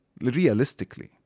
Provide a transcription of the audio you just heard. Realistically